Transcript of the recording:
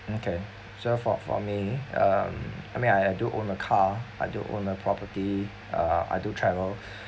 okay so for for me um I mean I do own a car I do own a property uh I do travel